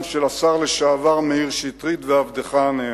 של השר לשעבר מאיר שטרית ועבדך הנאמן.